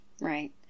Right